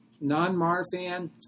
non-marfan